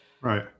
Right